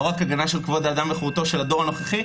לא רק הגנה של כבוד האדם וחירותו של הדור הנוכחי,